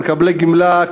מקבלי גמלה,